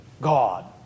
God